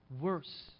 worse